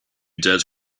dead